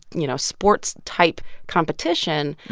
you know, sports-type competition,